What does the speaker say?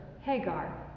Hagar